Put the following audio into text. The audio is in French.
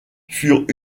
furent